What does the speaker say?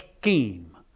scheme